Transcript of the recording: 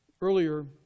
Earlier